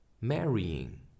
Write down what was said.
marrying